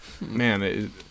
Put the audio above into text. man